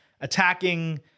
Attacking